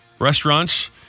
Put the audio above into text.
restaurants